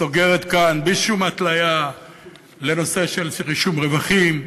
סוגרת כאן בלי שום התליה לנושא של רישום רווחים.